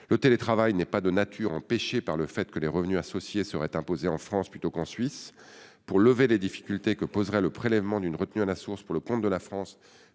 le télétravail n'est pas empêché par le fait que les revenus associés seraient imposés en France plutôt qu'en Suisse. Pour lever les difficultés que poserait le prélèvement d'une retenue à la source pour le compte de la France